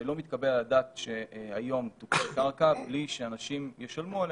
שלא מתקבל על הדעת שהיום תוקצה קרקע בלי שאנשים ישלמו עליה.